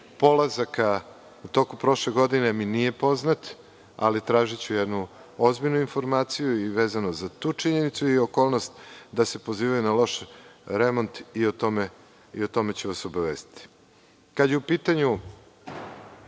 polazaka u toku prošle godine, mi nije poznat, ali tražiću jednu ozbiljnu informaciju i vezano za tu činjenicu i okolnost da se pozivaju na loš remont i o tome ću vas obavestiti. Kad